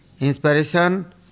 inspiration